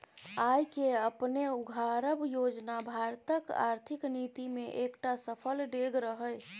आय केँ अपने उघारब योजना भारतक आर्थिक नीति मे एकटा सफल डेग रहय